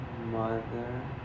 Mother